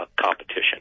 competition